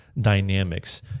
dynamics